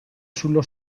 sullo